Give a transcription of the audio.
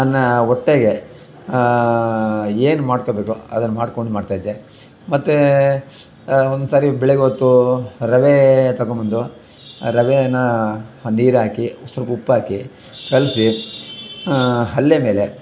ನನ್ನ ಹೊಟ್ಟೆಗೆ ಏನು ಮಾಡ್ಕೊಬೇಕು ಅದನ್ನು ಮಾಡಿಕೊಂಡು ಮಾಡ್ತಾಯಿದ್ದೆ ಮತ್ತೆ ಒನ್ನೊನ್ಸಾರಿ ಬೆಳಗ್ಗೆ ಹೊತ್ತು ರವೆ ತಗೊಂಬಂದು ರವೆನ ನೀರಾಕಿ ಸ್ವಲ್ಪ ಉಪ್ಪಾಕಿ ಕಲಿಸಿ ಹಲ್ಲೆ ಮೇಲೆ